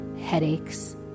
headaches